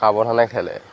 সাৱধানে খেলে